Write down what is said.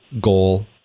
goal